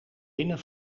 winnen